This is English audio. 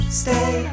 stay